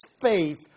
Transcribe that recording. faith